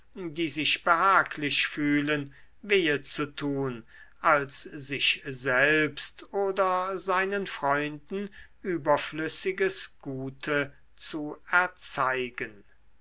die sich behaglich fühlen wehe zu tun als sich selbst oder seinen freunden überflüssiges gute zu erzeigen